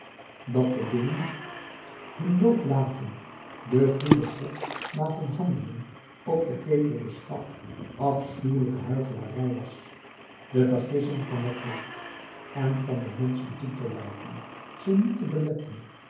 dat de dingen hun loop laten den goeden god laten handelen op de keper beschouwd afschuwelijke huichelarij was de vergissing van het lot en van de menschen toe te laten ze niet te beletten